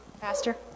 Pastor